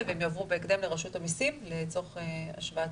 והם יועברו בהקדם לרשות המסים לצורך השוואת